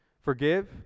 Forgive